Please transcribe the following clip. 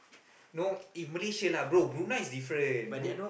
no if Malaysia lah bro Brunei is different